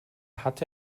hatte